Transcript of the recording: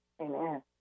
Amen